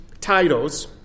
titles